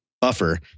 buffer